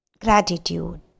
Gratitude